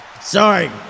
Sorry